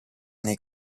nei